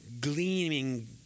gleaming